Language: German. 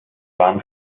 waren